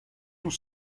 tout